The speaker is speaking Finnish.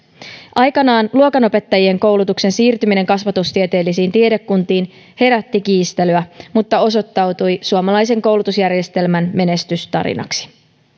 aikanaan luokanopettajien koulutuksen siirtyminen kasvatustieteellisiin tiedekuntiin herätti kiistelyä mutta osoittautui suomalaisen koulutusjärjestelmän menestystarinaksi